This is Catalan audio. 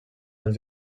dels